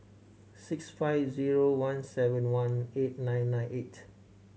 six five zero one seven one eight nine nine eight